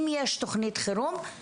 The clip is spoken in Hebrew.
אם יש תוכנית חירום,